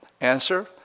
Answer